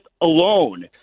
alone